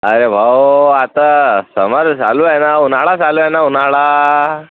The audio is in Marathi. अरे भाऊ आता समर चालू आहे ना उन्हाळा चालू आहे ना उन्हाळा